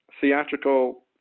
theatrical